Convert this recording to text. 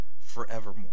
forevermore